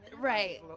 Right